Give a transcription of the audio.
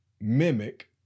mimic